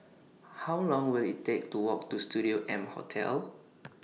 How Long Will IT Take to Walk to Studio M Hotel